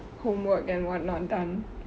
homework and what not done